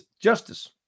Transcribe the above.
justice